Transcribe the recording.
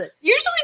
Usually